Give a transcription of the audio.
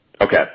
Okay